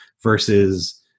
versus